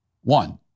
One